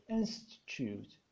institute